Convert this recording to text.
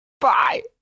Bye